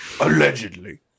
Allegedly